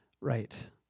right